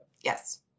Yes